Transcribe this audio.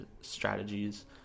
strategies